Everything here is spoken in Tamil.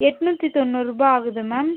எட்நூற்றி தொண்ணூறுபா ஆகுது மேம்